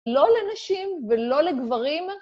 לא לנשים ולא לגברים.